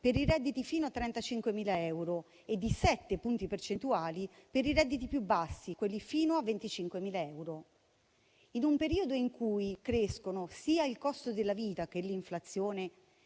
per i redditi fino a 35.000 euro e di sette punti percentuali per i redditi più bassi, quelli fino a 25.000 euro. In un periodo in cui crescono sia il costo della vita che l'inflazione,